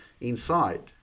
inside